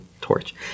torch